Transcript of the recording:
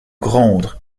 gronde